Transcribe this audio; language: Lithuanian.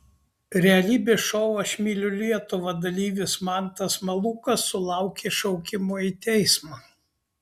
realybės šou aš myliu lietuvą dalyvis mantas malūkas sulaukė šaukimo į teismą